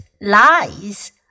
lies